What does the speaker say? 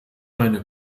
meine